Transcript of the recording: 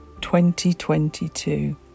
2022